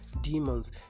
Demons